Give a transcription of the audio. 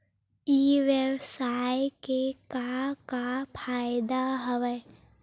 ई व्यवसाय के का का फ़ायदा हवय?